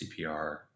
CPR